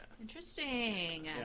Interesting